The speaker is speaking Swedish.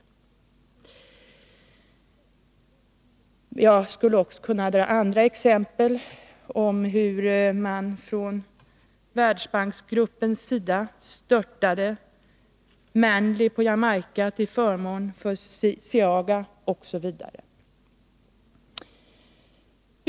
Guatemala Jag skulle också kunna anföra andra exempel och visa hur man från Världsbanksgruppens sida störtade Manley på Jamaica till förmån för Seaga, Osv.